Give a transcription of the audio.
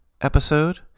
episode